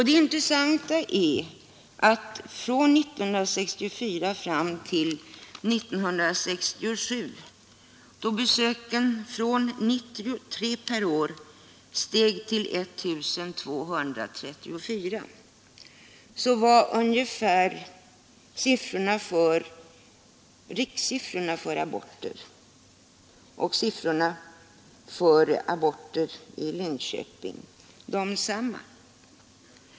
Det intressanta är att från 1964 fram till 1967, då antalet besök steg från 93 till 1 234 per år, var rikssiffrorna för aborter och siffrorna för aborter i Linköping likartade.